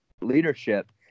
leadership